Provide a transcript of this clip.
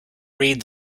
read